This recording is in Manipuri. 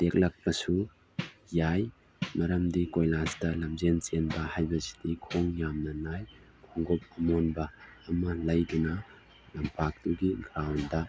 ꯇꯦꯛꯂꯛꯄꯁꯨ ꯌꯥꯏ ꯃꯔꯝꯗꯤ ꯀꯣꯏꯂꯥꯁꯇꯥ ꯂꯝꯖꯦꯟ ꯆꯦꯟꯕ ꯍꯥꯏꯕꯁꯤꯗꯤ ꯈꯣꯡ ꯌꯥꯝꯅ ꯅꯥꯏ ꯈꯣꯡꯎꯞ ꯑꯃꯣꯟꯕ ꯑꯃ ꯂꯩꯗꯨꯅ ꯂꯝꯄꯥꯛꯇꯨꯒꯤ ꯒ꯭ꯔꯥꯎꯟꯗ